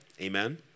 amen